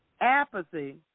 Apathy